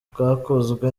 bwakozwe